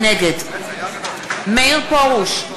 נגד מאיר פרוש,